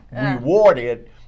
rewarded